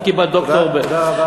את קיבלת דוקטור, טוב, תודה רבה.